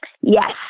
Yes